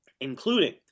including